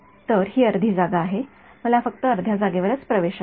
तर हि अर्धी जागा आहे मला फक्त अर्ध्या जागेवर प्रवेश आहे